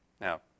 Now